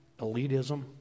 elitism